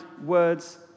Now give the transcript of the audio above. words